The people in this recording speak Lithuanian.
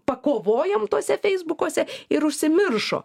pakovojam tuose feisbukuose ir užsimiršo